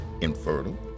infertile